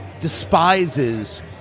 despises